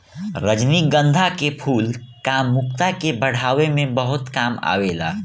रजनीगंधा के फूल कामुकता के बढ़ावे में बहुते काम आवेला